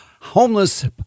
homeless